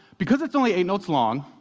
because it's only eight notes long,